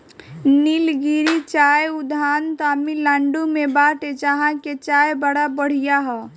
निलगिरी चाय उद्यान तमिनाडु में बाटे जहां के चाय बड़ा बढ़िया हअ